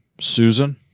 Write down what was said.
Susan